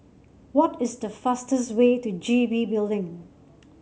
what is the fastest way to G B Building